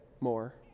more